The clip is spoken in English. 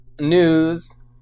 news